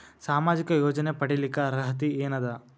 ಸಾಮಾಜಿಕ ಯೋಜನೆ ಪಡಿಲಿಕ್ಕ ಅರ್ಹತಿ ಎನದ?